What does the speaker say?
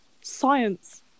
science